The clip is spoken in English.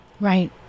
Right